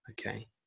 Okay